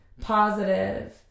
positive